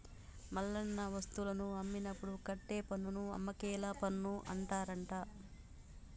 మల్లన్న వస్తువులను అమ్మినప్పుడు కట్టే పన్నును అమ్మకేల పన్ను అంటారట